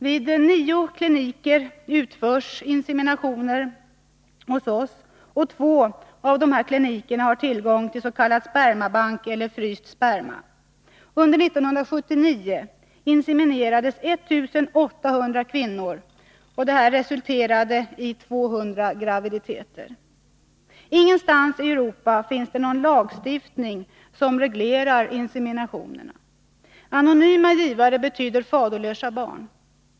Vid nio kliniker utförs inseminationer i vårt land, och två av dessa har tillgång till s.k. spermabank eller fryst sperma. Under 1979 inseminerades 1800 kvinnor, och detta resulterade i 200 graviditeter. Ingenstans i Europa finns det någon lagstiftning som reglerar inseminationerna. Anonyma givare betyder faderlösa barn.